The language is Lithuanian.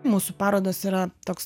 mūsų parodos yra toks